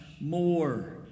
more